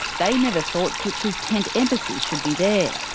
they never thought dootch's tent embassy should be there.